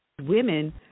women